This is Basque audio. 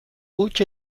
huts